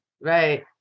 Right